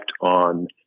on